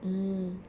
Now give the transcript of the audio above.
mm